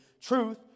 truth